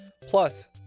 plus